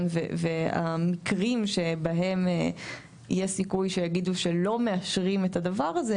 ואת המקרים שבהם יש סיכוי שיגידו שלא מאשרים את הדבר הזה,